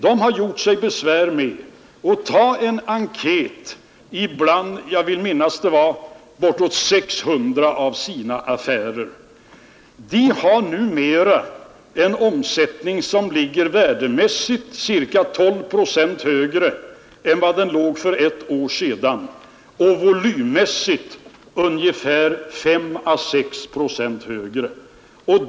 Den har gjort sig besväret att göra en enkät bland — vill jag minnas — bortåt 600 av sina affärer. Dessa har numera en omsättning som ligger värdemässigt cirka 12 procent högre än för ett år sedan och volymmässigt Så 6 procent högre.